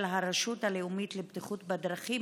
של הרשות הלאומית לבטיחות בדרכים,